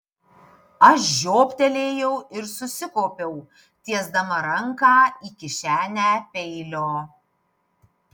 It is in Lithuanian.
aš žioptelėjau ir susikaupiau tiesdama ranką į kišenę peilio